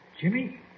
Jimmy